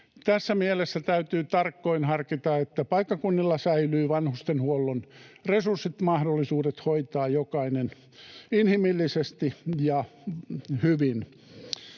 Tässä mielessä täytyy tarkoin harkita, että paikkakunnilla säilyy vanhustenhuollon resurssit, mahdollisuudet hoitaa jokainen inhimillisesti ja hyvin.